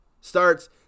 starts